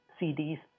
CDs